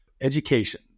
education